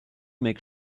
make